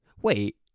Wait